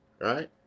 right